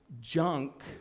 junk